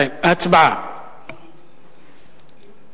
ההצעה להעביר